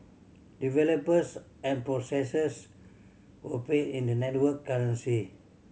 developers and processors were paid in the network currency